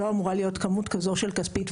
לא אמורה להיות כמות כזאת של כספית.